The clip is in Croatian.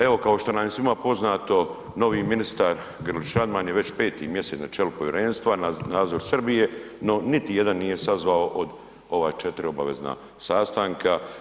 Evo kao što nam je svima poznato novi ministar Grlić Radman je već mjesec na čelu povjerenstva za nadzor Srbije, no niti jedan nije sazvao od ova 4 obavezna sastanka.